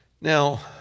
Now